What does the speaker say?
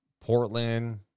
Portland